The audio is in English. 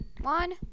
One